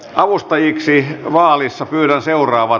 avustajiksi vaalissa pyydän seuraavat